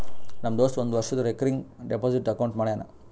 ನಮ್ ದೋಸ್ತ ಒಂದ್ ವರ್ಷದು ರೇಕರಿಂಗ್ ಡೆಪೋಸಿಟ್ ಅಕೌಂಟ್ ಮಾಡ್ಯಾನ